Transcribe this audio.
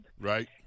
right